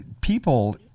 People